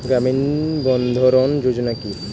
গ্রামীণ বন্ধরন যোজনা কি?